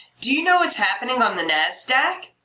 do you know what's happening on the nasdaq?